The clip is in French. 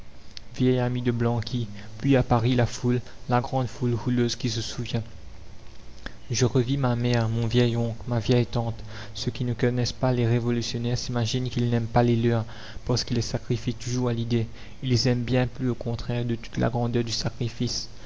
amie de blanqui puis à paris la foule la grande foule houleuse qui se souvient je revis ma mère mon vieil oncle ma vieille tante ceux qui ne connaissent pas les révolutionnaires s'imaginent qu'ils n'aiment pas les leurs parce qu'ils les sacrifient toujours à l'idée ils les aiment bien plus au contraire de toute la grandeur du sacrifice